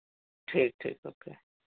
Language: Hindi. ठीक ठीक ओके